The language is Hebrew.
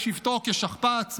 בשבתו כשכפ"ץ,